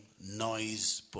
noise